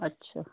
ਅੱਛਾ